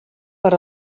per